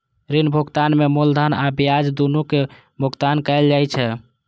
ऋण भुगतान में मूलधन आ ब्याज, दुनू के भुगतान कैल जाइ छै